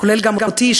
כולל אותי,